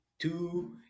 Two